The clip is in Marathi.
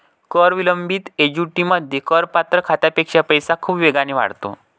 कर विलंबित ऍन्युइटीमध्ये, करपात्र खात्यापेक्षा पैसा खूप वेगाने वाढतो